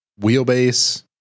wheelbase